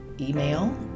Email